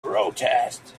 protest